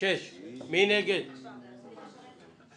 הצעה 23 של קבוצת סיעת הרשימה המשותפת?